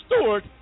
Stewart